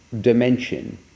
dimension